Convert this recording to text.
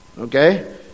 Okay